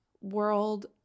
world